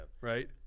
right